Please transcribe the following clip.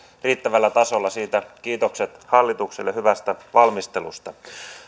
riittävällä tasolla kiitokset hallitukselle hyvästä valmistelusta